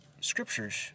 Scriptures